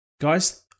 guys